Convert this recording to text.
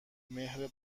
مهر